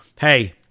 hey